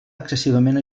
excessivament